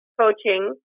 coaching